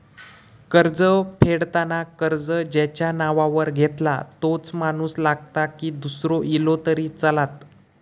कर्ज फेडताना कर्ज ज्याच्या नावावर घेतला तोच माणूस लागता की दूसरो इलो तरी चलात?